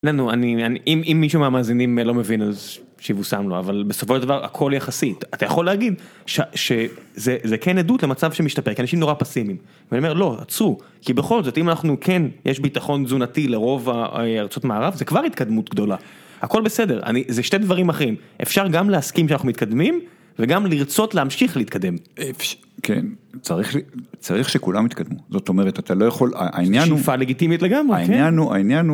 לנו אני אם מישהו מהמאזינים לא מבין אז שיבוסם לו אבל בסופו של דבר הכל יחסי. אתה יכול להגיד שזה כן עדות למצב שמשתפר כי אנשים נורא פסימיים. אני אומר לא עצור כי בכל זאת אם אנחנו כן יש ביטחון תזונתי לרוב הארצות המערב זה כבר התקדמות גדולה הכל בסדר אני זה שתי דברים אחרים אפשר גם להסכים שאנחנו מתקדמים. וגם לרצות להמשיך להתקדם כן צריך צריך שכולם יתקדמו זאת אומרת אתה לא יכול העניין הוא הופעה לגיטימית לגמרי.